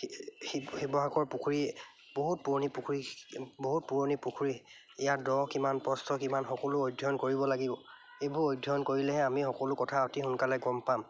শিৱ শিৱসাগৰ পুখুৰী বহুত পুৰণি পুখুৰী বহুত পুৰণি পুখুৰী ইয়াত দ কিমান প্ৰস্থ কিমান সকলো অধ্যয়ন কৰিব লাগিব এইবোৰ অধ্যয়ন কৰিলেহে আমি সকলো কথা অতি সোনকালে গম পাম